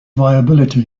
viability